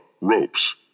Ropes